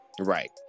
right